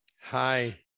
Hi